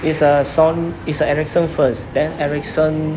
it's a son~ it's a ericsson first then ericsson